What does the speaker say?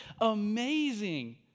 amazing